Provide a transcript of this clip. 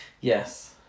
Yes